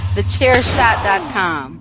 TheChairShot.com